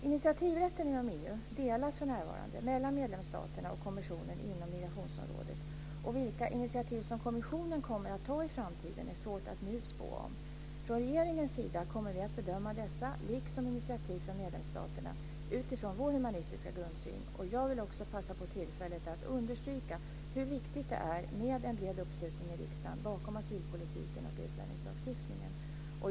Initiativrätten inom EU delas för närvarande mellan medlemsstaterna och kommissionen inom migrationsområdet. Vilka initiativ som kommissionen kommer att ta i framtiden är svårt att nu spå om. Från regeringens sida kommer vi att bedöma dessa, liksom initiativ från medlemsstaterna utifrån vår humanistiska grundsyn. Jag vill också passa på tillfället att understryka hur viktigt det är med en bred uppslutning i riksdagen bakom asylpolitiken och utlänningslagstiftningen.